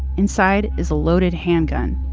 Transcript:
inside is a loaded handgun.